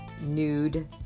nude